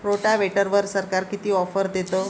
रोटावेटरवर सरकार किती ऑफर देतं?